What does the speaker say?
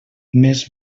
més